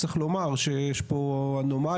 צריך לומר שיש פה אנומליה